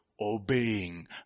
obeying